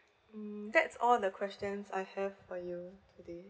hmm that's all the questions I have for you today